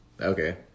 Okay